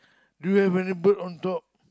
do you have any bird on top